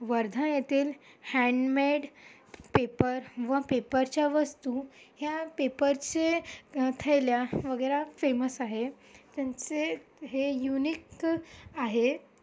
वर्धा येथील handmade paper व पेपरच्या वस्तू ह्या पेपरचे थैल्या वगैरे फेमस आहे त्यांचे हे युनिक आहे